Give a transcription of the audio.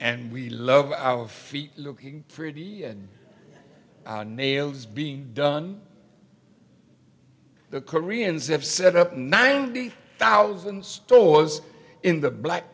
and we love our feet looking pretty nails being done the koreans have set up nine thousand stores in the black